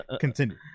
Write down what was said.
Continue